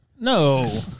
No